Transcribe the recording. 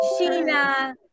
Sheena